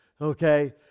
Okay